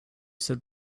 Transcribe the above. said